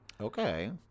Okay